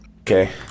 Okay